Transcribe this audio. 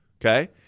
Okay